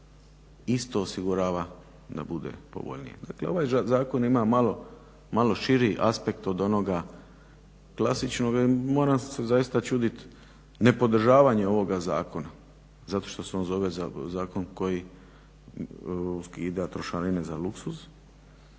isto osigurava da bude povoljniji. Dakle ovaj zakon ima malo širi aspekt od onoga klasičnoga, jer moram se zaista čuditi ne podržavanje ovoga zakona, zato što se on zove zakon koji skida trošarine za luksuz,